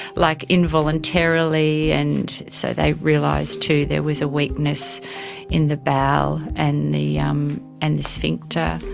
like involuntarily, and so they realised too there was a weakness in the bowel and the um and the sphincter.